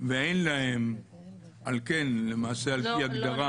ואין להם על כן למעשה על פי הגדרה,